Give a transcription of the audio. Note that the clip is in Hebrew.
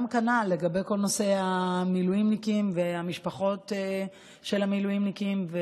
גם כנ"ל לגבי כל נושא המילואימניקים והמשפחות של המילואימניקים.